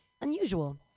unusual